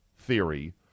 theory